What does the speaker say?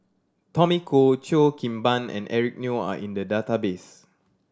Tommy Koh Cheo Kim Ban and Eric Neo are in the database